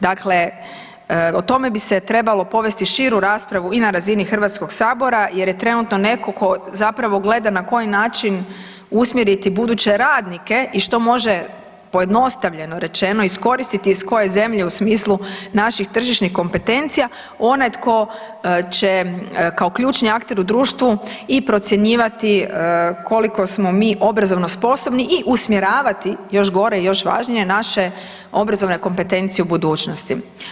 Dakle, o tome bi se trebalo povesti širu raspravu i na razini Hrvatskog sabora jer je trenutno netko tko zapravo gleda na koji način usmjeriti buduće radnike i što može pojednostavljeno rečeno iskoristiti iz koje zemlje u smislu naših tržišnih kompetencija onaj tko će kao ključni akter u društvu i procjenjivati koliko smo mi obrazovno sposobni i usmjeravati još gore i još važnije naše obrazovne kompetencije u budućnosti.